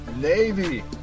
Navy